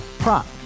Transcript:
Prop